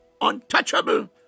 untouchable